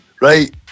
Right